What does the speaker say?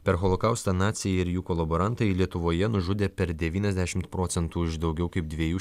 per holokaustą naciai ir jų kolaborantai lietuvoje nužudė per devyniasdešimt procentų iš daugiau kaip dviejų